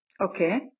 Okay